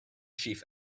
chief